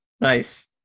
Nice